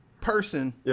person